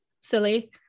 silly